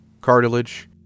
cartilage